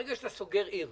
ברגע שאתה סוגר עיר